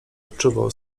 odczuwał